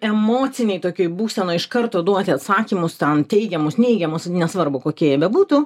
emocinėj tokioj būsenoj iš karto duoti atsakymus tam teigiamus neigiamus nesvarbu kokie jie bebūtų